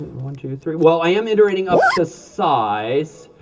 one, two, three well, i am iterating up to size,